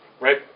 right